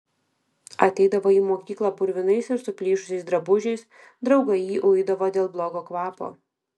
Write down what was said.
ateidavo į mokyklą purvinais ir suplyšusiais drabužiais draugai jį uidavo dėl blogo kvapo